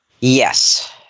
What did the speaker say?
Yes